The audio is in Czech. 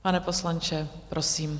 Pane poslanče, prosím.